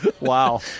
wow